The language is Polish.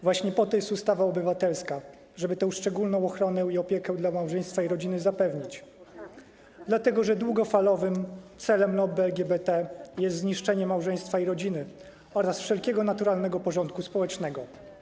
Właśnie po to jest ustawa obywatelska, żeby tę szczególną ochronę i opiekę małżeństwu i rodzinie zapewnić, dlatego że długofalowym celem lobby LGBT jest zniszczenie małżeństwa i rodziny oraz wszelkiego naturalnego porządku społecznego.